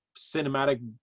cinematic